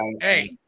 Hey